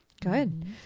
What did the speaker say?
Good